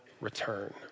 return